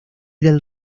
del